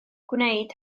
gwneud